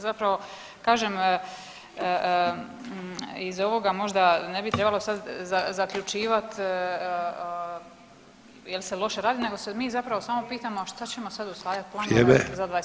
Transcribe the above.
Zapravo kažem iz ovoga možda ne bi trebalo sad zaključivat jel se loše radi nego se mi zapravo samo pitamo, a šta ćemo sad usvajat planove za '21.g.